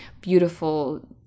beautiful